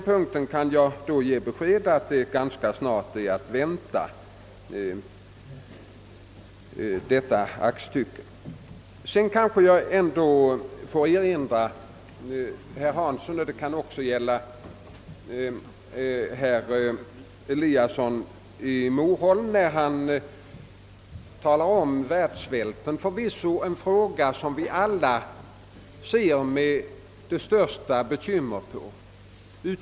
Jag kan alltså ge beskedet att detta aktstycke ganska snart är att vänta. Herr Eliasson i Moholm talar om världssvälten. Utvecklingen i världen är förvisso en fråga som vi alla ser med största bekymmer.